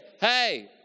hey